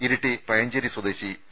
ഇരിട്ടി പയഞ്ചേരി സ്വദേശി പി